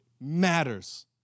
matters